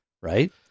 right